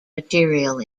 material